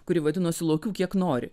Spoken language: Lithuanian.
kuri vadinosi lokių kiek nori